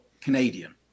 Canadian